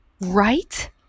right